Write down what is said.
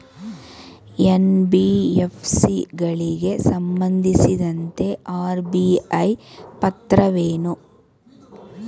NBFC ಗಳಿಗೆ ಸಂಬಂಧಿಸಿದಂತೆ RBI ಪಾತ್ರವೇನು?